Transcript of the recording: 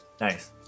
nice